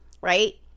right